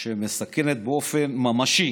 אנרכיה שמסכנת באופן ממשי